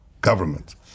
government